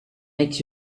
makes